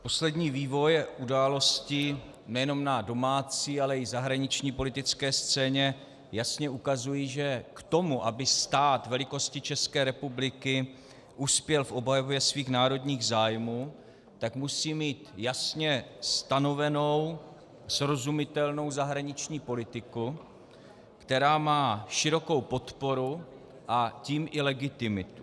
Poslední vývoje událostí nejenom na domácí, ale i zahraniční politické scéně jasně ukazují, že k tomu, aby stát velikosti České republiky uspěl v obhajobě svých národních zájmů, musí mít jasně stanovenou srozumitelnou zahraniční politiku, která má širokou podporu, a tím i legitimitu.